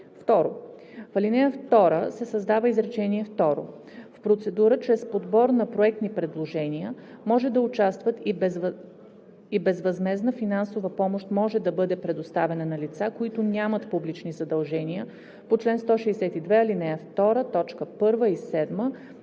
2. В ал. 2 се създава изречение второ: „В процедура чрез подбор на проектни предложения може да участват и безвъзмездна финансова помощ може да бъде предоставена на лица, които нямат публични задължения по чл. 162, ал. 2, т.